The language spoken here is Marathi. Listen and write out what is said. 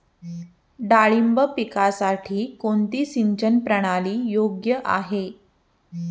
डाळिंब पिकासाठी कोणती सिंचन प्रणाली योग्य आहे?